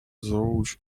through